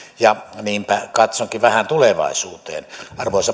niinpä katsonkin vähän tulevaisuuteen arvoisa